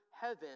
heaven